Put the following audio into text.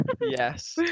Yes